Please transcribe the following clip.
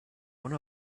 one